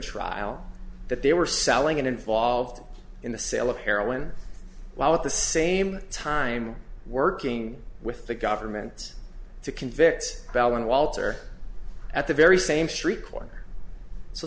trial that they were selling and involved in the sale of heroin while at the same time working with the government to convicts about one walter at the very same street corner s